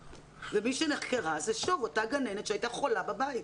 ומי שנחקרה זה שוב אותה גננת שהייתה חולה בבית.